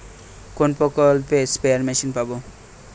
কোন প্রকল্পে spare machine পাব?